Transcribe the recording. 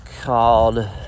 called